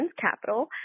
capital